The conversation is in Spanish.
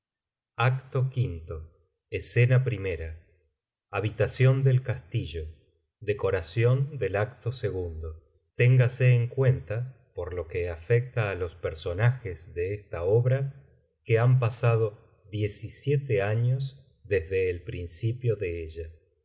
acto quinto escena primera habitación del castillo decoración del acto ii téngase en cuenta por lo que afecta á los personajes de esta obra que han pasado años desde el principio de ella